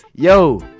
Yo